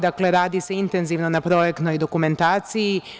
Dakle, radi se intenzivno na projektnoj dokumentaciji.